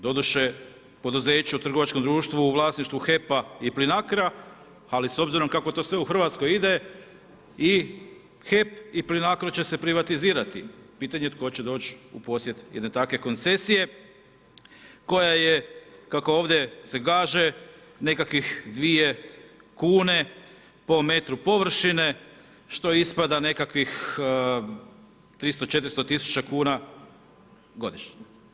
Doduše, poduzeće u trgovačkom društvu u vlasništvu HEP-a i Plinacra, ali s obzirom kako to sve u Hrvatskoj ide, i HEP i Plinacro će se privatizirati, pitanje tko će doći u posjed jedne takve koncesije koja je kako ovdje se kaže, nekakvih 2 kn po metru površine što ispada nekakvih 300, 400 000 kn godišnje.